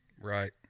Right